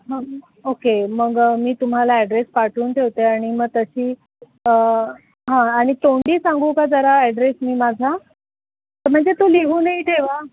ह ओके मग मी तुम्हाला ॲड्रेस पाठवून ठेवते आणि मग तशी हां आणि तोंडीही सांगू का जरा ॲड्रेस मी माझा म्हणजे तो लिहूून ही ठेवा